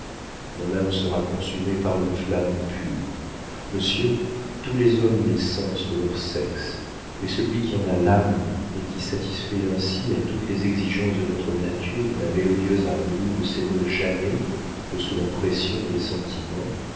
mon âme sera consumée par une flamme pure monsieur tous les hommes ont les sens de leur sexe mais celui qui en a l'âme et qui satisfait ainsi à toutes les exigences de notre nature dont la mélodieuse harmonie ne s'émeut jamais que sous la pression des sentiments